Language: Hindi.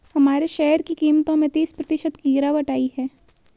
हमारे शेयर की कीमतों में तीस प्रतिशत की गिरावट आयी है